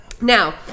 now